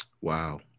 wow